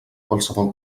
qualsevol